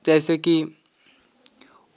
जैसे कि